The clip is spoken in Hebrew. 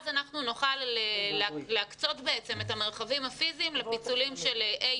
אז נוכל להקצות את המרחבים הפיזיים לפיצולים של כיתות